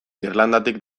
irlandatik